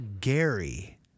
Gary